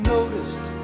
Noticed